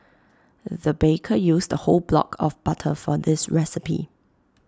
the baker used A whole block of butter for this recipe